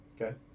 Okay